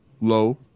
low